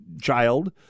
child